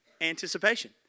anticipation